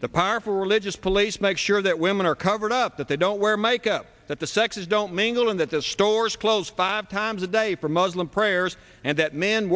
the powerful religious police make sure that women are covered up that they don't wear makeup that the sexes don't mingle and that the stores close five times a day for muslim prayers and that m